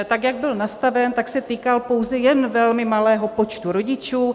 Tak, jak byl nastaven, se týkal pouze jen velmi malého počtu rodičů.